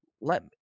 let